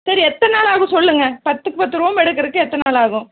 சரி எத்தன்னாள் ஆகும் சொல்லுங்கள் பத்துக்கு பத்து ரூம் எடுக்குறதுக்கு எத்தன்னாள் ஆகும்